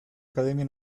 academia